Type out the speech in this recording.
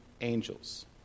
angels